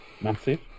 massive